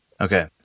Okay